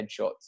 headshots